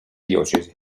diocesi